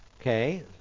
Okay